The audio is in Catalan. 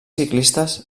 ciclistes